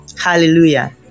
Hallelujah